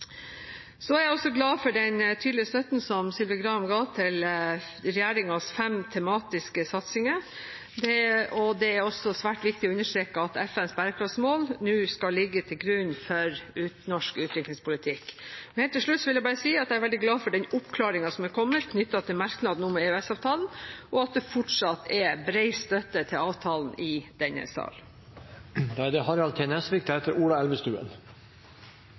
så viktig at i den handlingsplanen for likestilling i utenriks- og utviklingspolitikken som UD nå har lansert, er det egne programmer spesielt rettet mot kjønnslemlestelse. Det betyr at dette absolutt er et område som er i fokus, og som vil få prioritet. Jeg er også glad for den tydelige støtten som Sylvi Graham ga til regjeringens fem tematiske satsinger. Det er også svært viktig å understreke at FNs bærekraftsmål nå skal ligge til grunn for norsk utviklingspolitikk. Helt til slutt vil jeg si at jeg er veldig glad for den oppklaringen som er kommet